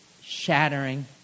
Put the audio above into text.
shattering